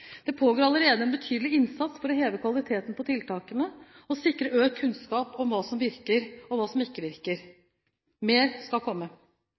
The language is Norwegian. Det pågår allerede en betydelig innsats for å heve kvaliteten på tiltakene og sikre økt kunnskap om hva som virker, og hva som ikke virker. Mer skal komme.